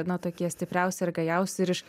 na tokie stipriausi ir gajausi ir iš